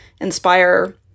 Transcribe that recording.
inspire